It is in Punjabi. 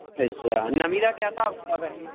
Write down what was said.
ਅੱਛਾ ਨਵੀਂ ਦਾ ਕਿਆ ਹਿਸਾਬ ਕਿਤਾਬ ਹੈ